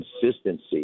consistency